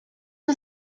was